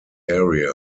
area